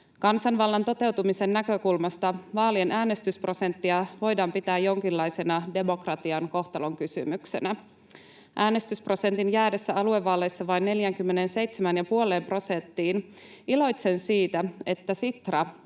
Kansanvallan toteutumisen näkökulmasta vaalien äänestysprosenttia voidaan pitää jonkinlaisena demokratian kohtalonkysymyksenä. Äänestysprosentin jäädessä aluevaaleissa vain 47,5 prosenttiin iloitsen siitä, että Sitra